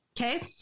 Okay